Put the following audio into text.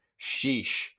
Sheesh